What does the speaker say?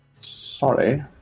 Sorry